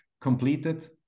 completed